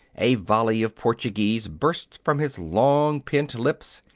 a volley of portuguese burst from his long-pent lips.